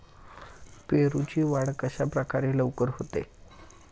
पेरूची वाढ कशाप्रकारे लवकर होते?